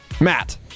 Matt